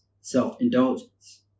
self-indulgence